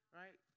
right